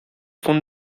von